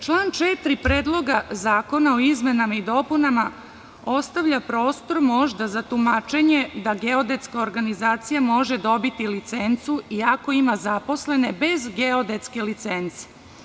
Član 4. Predloga zakona o izmenama i dopunama ostavlja prostor možda za tumačenje da geodetska organizacija može dobiti licencu iako ima zaposlene bez geodetske licence.